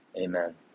amen